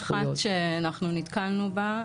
אז נקודה אחת שאנחנו נתקלנו בה,